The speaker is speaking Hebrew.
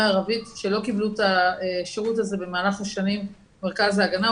ערבית שלא קיבלו את השירות הזה במהלך השנים במרכז ההגנה,